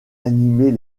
animer